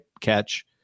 catch